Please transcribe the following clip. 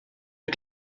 wir